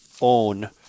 own